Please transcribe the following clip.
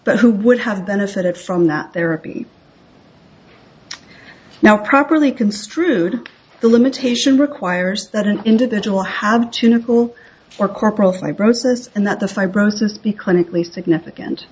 but who would have benefited from that their appeal now properly construed the limitation requires that an individual have to nickel for corporal fibrosis and that the fibrosis be clinically significant